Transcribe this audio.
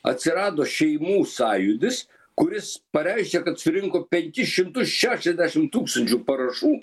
atsirado šeimų sąjūdis kuris pareiškė kad surinko penkis šimtus šešiasdešim tūkstančių parašų